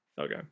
Okay